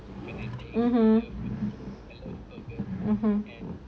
mmhmm